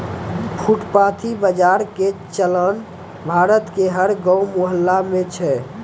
फुटपाती बाजार के चलन भारत के हर गांव मुहल्ला मॅ छै